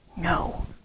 No